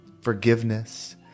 forgiveness